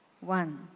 one